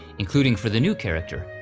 including for the new character,